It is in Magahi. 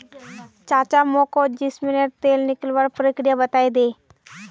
चाचा मोको जैस्मिनेर तेल निकलवार प्रक्रिया बतइ दे